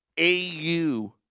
AU